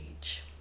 age